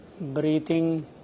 breathing